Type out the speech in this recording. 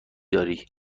داری